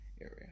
area